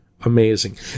amazing